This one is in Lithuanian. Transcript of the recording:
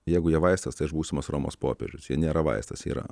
jeigu jie vaistas tai aš būsimas romos popiežius jie nėra vaistas jie yra